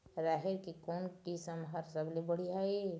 राहेर के कोन किस्म हर सबले बढ़िया ये?